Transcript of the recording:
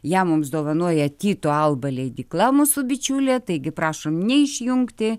ją mums dovanoja tyto alba leidykla mūsų bičiulė taigi prašom neišjungti